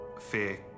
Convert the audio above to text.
fear